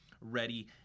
ready